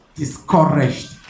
discouraged